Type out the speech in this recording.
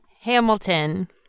Hamilton